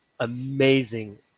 Amazing